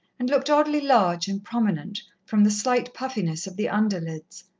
and looked oddly large and prominent, from the slight puffiness of the under-lids.